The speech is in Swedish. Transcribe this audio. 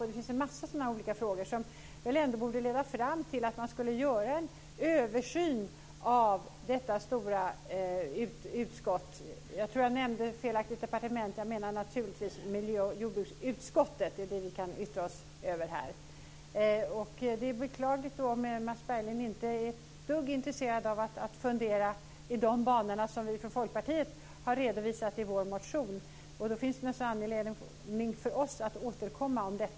Det finns en mängd olika frågor som väl ändå borde leda till att det ska göras en översyn av detta stora utskott. Jag tror att jag tidigare felaktigt talade om departement. Naturligtvis menar jag miljöoch jordbruksutskottet. Det är ju det som vi kan yttra oss över här. Det är beklagligt om Mats Berglind inte är ett dugg intresserad av att fundera i de banor som vi i Folkpartiet redovisar i vår motion. Således finns det anledning för oss att återkomma om detta.